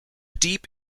deep